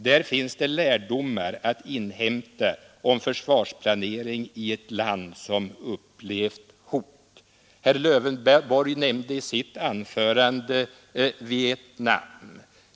Där finns det lärdomar att inhämta om försvarsplanering i ett land som upplevt hot. Herr Lövenborg talade i sitt anförande om Vietnam.